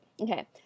okay